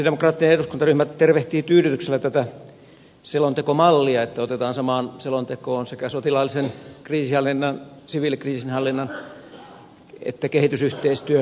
sosialidemokraattien eduskuntaryhmä tervehtii tyydytyksellä tätä selontekomallia että otetaan samaan selontekoon sekä sotilaallisen kriisinhallinnan siviilikriisinhallinnan että kehitysyhteistyön kysymykset